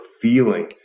feeling